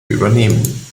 übernehmen